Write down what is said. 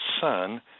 Son